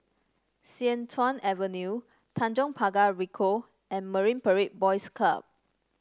Sian Tuan Avenue Tanjong Pagar Ricoh and Marine Parade Boys Club